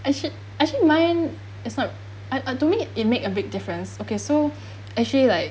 actu~ actually mine is not uh uh to me it make a big difference okay so actually like